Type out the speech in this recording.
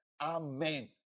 amen